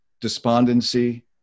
despondency